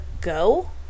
go